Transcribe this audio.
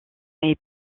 est